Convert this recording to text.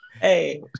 Hey